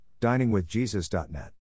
diningwithjesus.net